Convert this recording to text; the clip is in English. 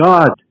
God